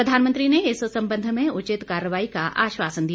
प्रधानमंत्री ने इस संबंध में उचित कार्रवाई का आश्वासन दिया